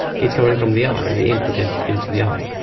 it's coming from the eye, the input into into the eye.